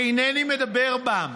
אינני מדבר בהם,